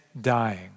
dying